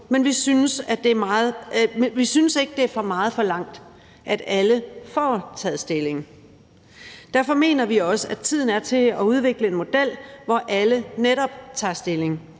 men vi synes ikke, det er for meget forlangt, at alle får taget stilling. Derfor mener vi også, at tiden er til at udvikle en model, hvor alle netop tager stilling.